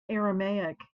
aramaic